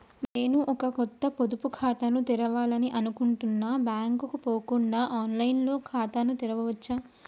నేను ఒక కొత్త పొదుపు ఖాతాను తెరవాలని అనుకుంటున్నా బ్యాంక్ కు పోకుండా ఆన్ లైన్ లో ఖాతాను తెరవవచ్చా?